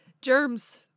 germs